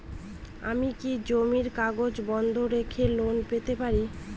আমি কি জমির কাগজ বন্ধক রেখে লোন পেতে পারি?